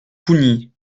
pougny